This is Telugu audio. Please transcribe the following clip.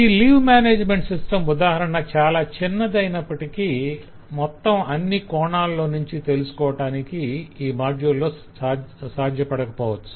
ఈ లీవ్ మేనేజ్మెంట్ సిస్టం ఉదాహరణ చాల చిన్నదైనప్పటికీ మొత్తం అన్ని కోణాల్లోనుంచి తెలుసుకోవటానికి ఈ మాడ్యుల్ లో సాధ్యపడక పోవచ్చు